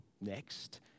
next